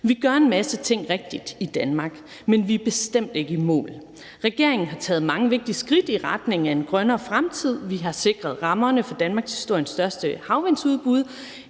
Vi gør en masse ting rigtigt i Danmark, men vi er bestemt ikke i mål. Regeringen har taget mange vigtige skridt i retning af en grønnere fremtid. Regeringspartierne har sikret rammerne for Danmarks største udbud